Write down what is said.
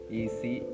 easy